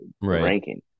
ranking